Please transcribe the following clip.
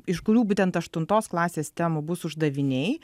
iš kurių būtent aštuntos klasės temų bus uždaviniai